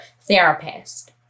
therapist